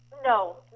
no